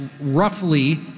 roughly